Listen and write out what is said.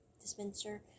dispenser